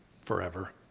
forever